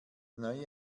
neue